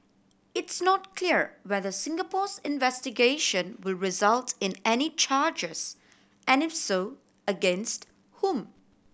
it's not clear whether Singapore's investigation will result in any charges and if so against whom